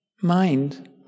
mind